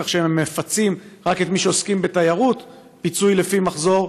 כך שהם מפצים רק את מי שעוסקים בתיירות פיצוי לפי מחזור,